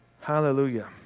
Hallelujah